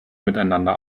miteinander